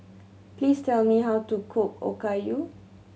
please tell me how to cook Okayu